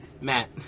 Matt